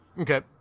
Okay